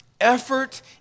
effort